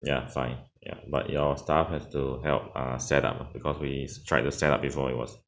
ya fine ya but your staff has to help uh set up uh because we tried to set up before it was